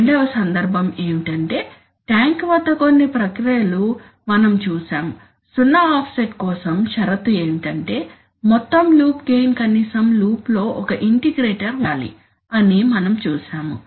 రెండవ సందర్భం ఏమిటంటే ట్యాంక్ వద్ద కొన్ని ప్రక్రియలను మనం చూసాము సున్నా ఆఫ్సెట్ కోసం షరతు ఏమిటంటే మొత్తం లూప్ గెయిన్ కనీసం లూప్లో ఒక ఇంటిగ్రేటర్ ఉండాలి అని మనం చూసాము